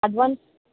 advance